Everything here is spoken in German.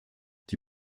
die